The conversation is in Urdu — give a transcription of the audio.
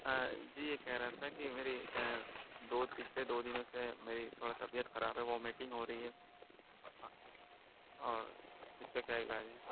ہاں جی یہ کہہ رہا تھا کہ میری دو پچھلے دو دنوں سے میری تھوڑا طبیعت خراب ہے وومیٹنگ ہو رہی ہے اور اس کا کیا علاج ہے